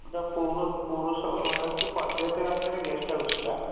ওটা পৌর পৌরসভা ওটা হচ্ছে পঞ্চায়েতের আন্ডারে গেস্ট হাউসটা